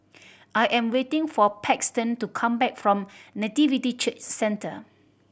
I am waiting for Paxton to come back from Nativity Church Centre